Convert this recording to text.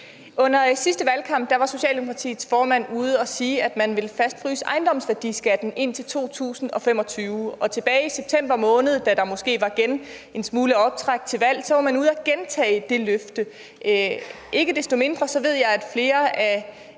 Under sidste valgkamp var Socialdemokratiets formand ude at sige, at man ville fastfryse ejendomsværdiskatten indtil 2025, og tilbage i september måned, da der måske igen var en smule optræk til valg, var man ude at gentage det løfte. Ikke desto mindre ved jeg, at flere af